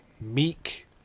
meek